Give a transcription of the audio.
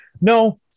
No